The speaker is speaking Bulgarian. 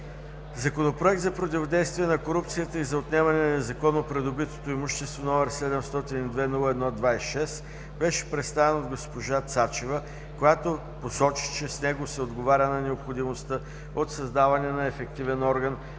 Законопроектът за противодействие на корупцията и за отнемане на незаконно придобитото имущество, № 702-01-26, беше представен от госпожа Цачева, която посочи, че с него се отговаря на необходимостта от създаване на ефективен орган